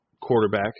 quarterback